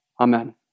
Amen